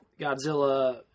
Godzilla